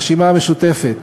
הרשימה המשותפת,